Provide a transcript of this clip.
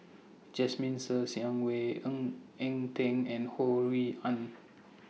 Jasmine Ser Xiang Wei Ng Eng Teng and Ho Rui An